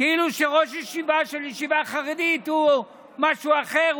כאילו שראש ישיבה של ישיבה חרדית הוא משהו אחר,